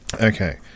Okay